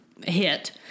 hit